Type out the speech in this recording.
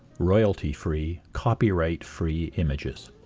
royalty-free, copyright-free images.